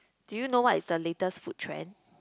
do you know what is the latest food trend